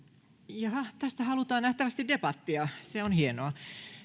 jaha tästä halutaan nähtävästi debattia se on hienoa